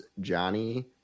Johnny